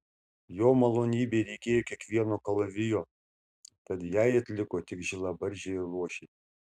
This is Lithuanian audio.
jo malonybei reikėjo kiekvieno kalavijo tad jai atliko tik žilabarzdžiai ir luošiai